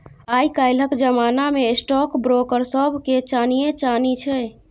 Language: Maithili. आय काल्हिक जमाना मे स्टॉक ब्रोकर सभके चानिये चानी छै